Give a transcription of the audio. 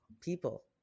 People